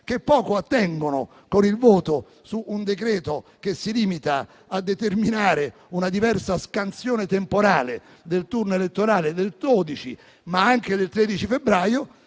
che poco attengono al voto su un decreto-legge che si limita a determinare una diversa scansione temporale del turno elettorale del 12, ma anche del 13 febbraio.